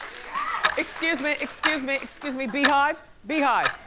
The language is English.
excuse me, excuse me, excuse me. beehive, beehive?